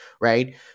right